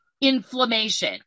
inflammation